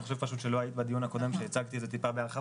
אני חושב שלא היית בדיון הקודם כשהצגתי את זה מעט בהרחבה.